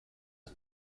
are